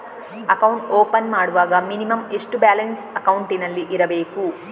Account open ಮಾಡುವಾಗ minimum ಎಷ್ಟು balance ಅಕೌಂಟಿನಲ್ಲಿ ಇರಬೇಕು?